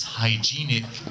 hygienic